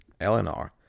LNR